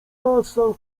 pasa